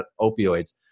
opioids